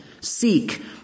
Seek